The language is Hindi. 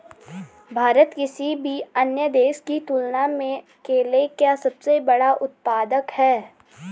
भारत किसी भी अन्य देश की तुलना में केले का सबसे बड़ा उत्पादक है